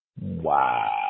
Wow